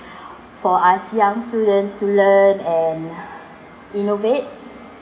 for us young students to learn and innovate